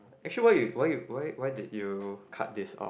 actually why you why you why did you cut this off